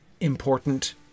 important